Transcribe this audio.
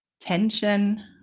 tension